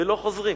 ולא חוזרים.